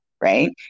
right